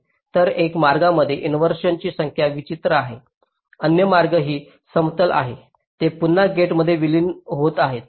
तर एका मार्गामध्ये इन्व्हरसिओन ची संख्या विचित्र आहे अन्य मार्ग ती समतल आहे ते पुन्हा गेटमध्ये विलीन होत आहेत